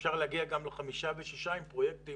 ואפשר להגיע גם לחמישה ולשישה עם פרויקטים